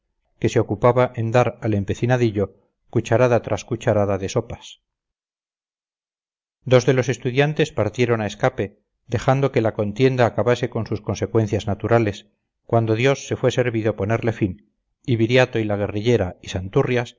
que se ocupaba en dar al empecinadillo cucharada tras cucharada de sopas dos de los estudiantes partieron a escape dejando que la contienda acabase con sus consecuencias naturales cuando dios se fuese servido ponerle fin y viriato y la guerrillera y